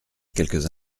quelques